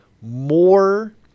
more